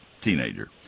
teenager